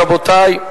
רבותי.